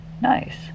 Nice